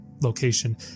location